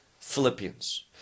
philippians